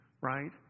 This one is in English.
right